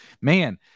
man